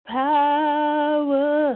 power